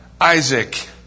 Isaac